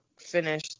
finish